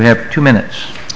have two minutes